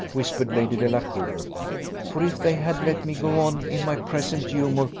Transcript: whispered lady delacour for if they had let me go on in my present humour,